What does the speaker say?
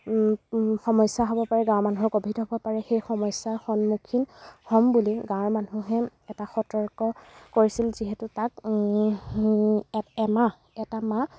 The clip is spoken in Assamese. সমস্য়া হ'ব পাৰে গাঁৱৰ মানুহৰ ক'ভিড হ'ব পাৰে সেই সমস্য়াৰ সন্মুখীন হ'ম বুলি গাঁৱৰ মানুহে এটা সতৰ্ক কৰিছিল যিহেতু তাক এমাহ এটা মাহ